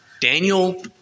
Daniel